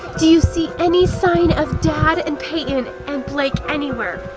do you see any sign of dad and payton and blake anywhere?